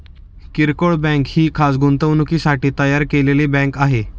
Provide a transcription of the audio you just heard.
किरकोळ बँक ही खास गुंतवणुकीसाठी तयार केलेली बँक आहे